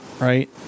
right